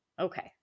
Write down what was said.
Okay